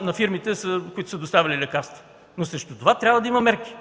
на фирмите, които са доставяли лекарства. Но срещу това трябва да има мерки.